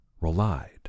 relied